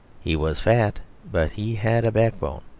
he was fat but he had a backbone.